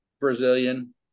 Brazilian